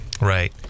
Right